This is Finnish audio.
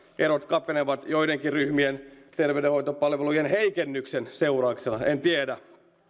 erot kapenevat joidenkin ryhmien terveydenhoitopalveluiden heikennyksen seurauksena en tiedä